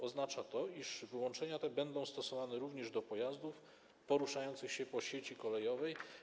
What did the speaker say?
Oznacza to, iż wyłączenia te będą stosowane również do pojazdów poruszających się po sieci kolejowej.